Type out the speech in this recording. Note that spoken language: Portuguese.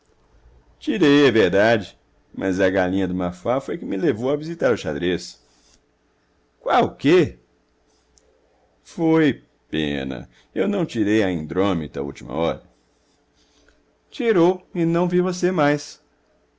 tirei é verdade mas a galinha do mafuá foi que me levou a visitar o xadrez qual o quê foi pena eu não tirei a indrômita à última hora tirou e não vi você mais